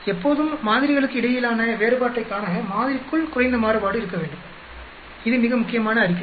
எப்போதும் மாதிரிகளுக்கு இடையிலான வேறுபாட்டைக் காண மாதிரிக்குள் குறைந்த மாறுபாடு இருக்க வேண்டும் இது மிக முக்கியமான அறிக்கை